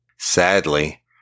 Sadly